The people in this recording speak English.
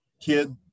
kid